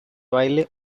baile